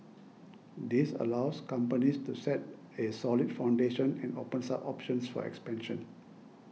this allows companies to set a solid foundation and opens up options for expansion